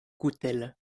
coutelle